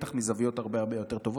בטח מזוויות הרבה הרבה יותר טובות.